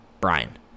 brian